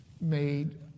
made